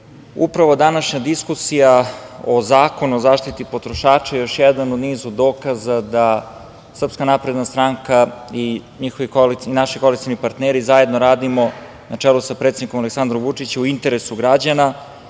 upravo današnja diskusija o Zakonu o zaštiti potrošača je još jedan u nizu dokaza da SNS i naši koalicioni partneri zajedno radimo na čelu sa predsednikom Aleksandrom Vučićem u interesu građana. Upravo